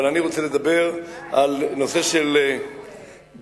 אבל אני רוצה לדבר על הנושא של בית-שאן.